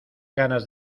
ganas